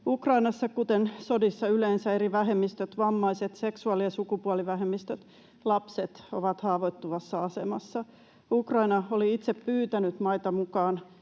Ukrainassa, kuten sodissa yleensä, eri vähemmistöt — vammaiset, seksuaali- ja sukupuolivähemmistöt, lapset — ovat haavoittuvassa asemassa. Ukraina oli itse pyytänyt maita mukaan